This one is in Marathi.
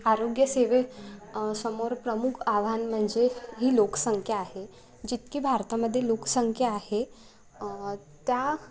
आरोग्यसेवे समोर प्रमुख आव्हान म्हणजे ही लोकसंख्या आहे जितकी भारतामध्ये लोकसंख्या आहे त्या